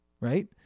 right